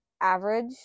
average